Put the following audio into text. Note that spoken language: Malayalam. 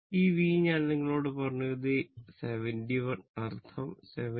ഈ V ഞാൻ നിങ്ങളോട് പറഞ്ഞു ഇത് 71 അർത്ഥം 70